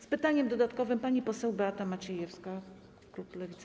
Z pytaniem dodatkowym pani poseł Beata Maciejewska, klub Lewica.